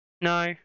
No